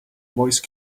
voice